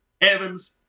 Evans